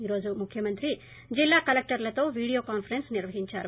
ఈ రోజు ముఖ్యమంత్రి జిల్లా కలెక్టర్లతో వీడియో కాన్సరెన్స్ నిర్వహించారు